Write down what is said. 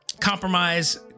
compromise